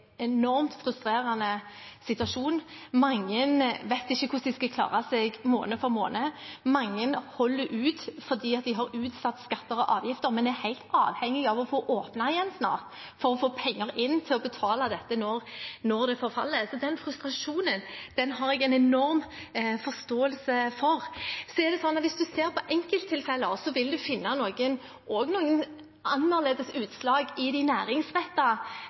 enormt frustrerende situasjon. Mange vet ikke hvordan de skal klare seg måned for måned. Mange holder ut fordi de har utsatt skatter og avgifter, men er helt avhengige av å få åpnet igjen snart for å få inn pengene til å betale dette når det forfaller. Så den frustrasjonen har jeg en enorm forståelse for. Så vil en, hvis en ser på enkelttilfeller, også finne noen annerledes utslag i de